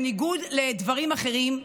בניגוד לדברים אחרים,